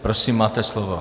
Prosím, máte slovo.